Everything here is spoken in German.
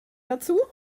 dazu